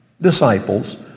disciples